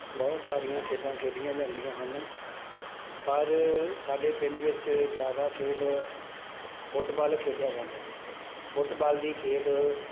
ਬਹੁਤ ਸਾਰੀਆਂ ਖੇਡਾਂ ਖੇਡੀਆਂ ਜਾਂਦੀਆਂ ਹਨ ਪਰ ਸਾਡੇ ਪਿੰਡ ਵਿੱਚ ਜ਼ਿਆਦਾ ਖੇਡ ਫੁੱਟਬਾਲ ਖੇਡਿਆ ਜਾਂਦਾ ਹੈ ਫੁੱਟਬਾਲ ਦੀ ਖੇਡ